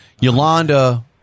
Yolanda